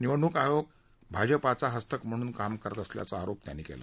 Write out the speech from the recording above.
निवडणूक आयोग भाजपाचा हस्तक म्हणून काम करत असल्याचा आरोप त्यांनी केला